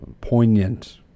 poignant